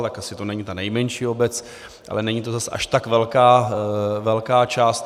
Tak asi to není ta nejmenší obec, ale není to zase až tak velká část.